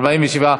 בעד, 46,